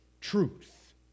truth